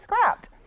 scrapped